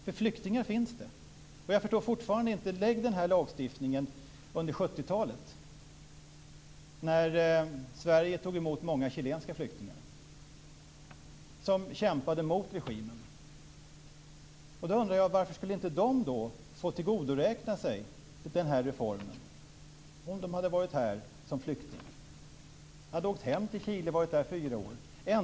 Det finns ju flyktingar. Vad innebär den här lagstiftningen om vi ser på 70-talet? Sverige tog då emot många chilenska flyktingar som kämpade mot regimen. Jag undrar varför de inte skulle få tillgodoräkna sig den här reformen om de hade varit här som flyktingar, hade åkt hem till Chile och varit där fyra år.